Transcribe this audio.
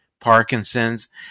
Parkinson's